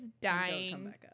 dying